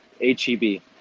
H-E-B